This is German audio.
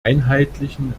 einheitlichen